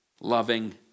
loving